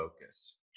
focus